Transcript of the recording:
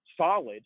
solid